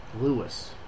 Lewis